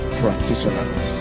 practitioners